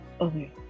Okay